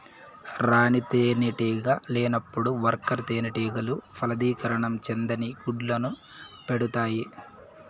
రాణి తేనెటీగ లేనప్పుడు వర్కర్ తేనెటీగలు ఫలదీకరణం చెందని గుడ్లను పెడుతాయి